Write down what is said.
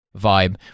vibe